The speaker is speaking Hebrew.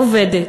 עובדת,